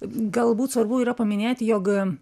galbūt svarbu yra paminėti jog